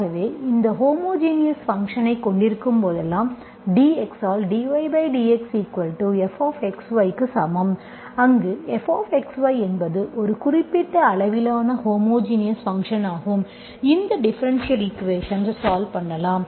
ஆகவே இந்த ஹோமோஜினஸ் ஃபங்க்ஷன்ஐ கொண்டிருக்கும்போதெல்லாம் dx ஆல் dydxfxy க்கு சமம் அங்கு fxy என்பது ஒரு குறிப்பிட்ட அளவிலான ஹோமோஜினஸ் ஃபங்க்ஷன் ஆகும் இந்த டிஃபரென்ஷியல் ஈக்குவேஷன்ஸ் சால்வ் பண்ணலாம்